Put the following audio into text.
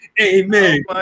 Amen